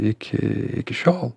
iki iki šiol